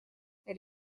elle